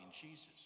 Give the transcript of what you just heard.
Jesus